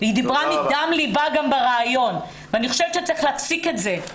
בראיון היא דיברה מדם לבה ואני חושבת שצריך להפסיק את זה.